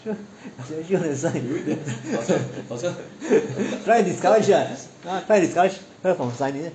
are you sure you want to sign very discourage right trying to discourage her from signing